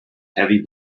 heavy